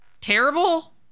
terrible